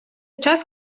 час